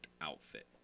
outfit